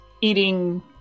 eating